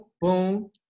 Boom